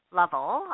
level